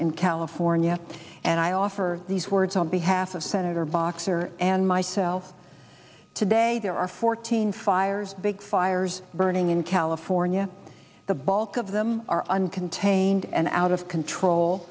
in california and i offer these words on behalf of senator boxer and myself today there are fourteen fires big fires burning in california the bulk of them are uncontained and out of control